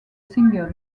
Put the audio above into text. singles